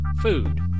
food